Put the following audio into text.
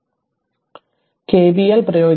അതിനാൽ കെവിഎൽ പ്രയോഗിക്കുക